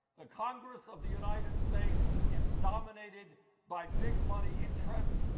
the congress of the united states is dominated by big money interest.